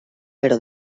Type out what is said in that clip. però